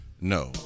No